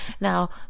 Now